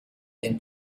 den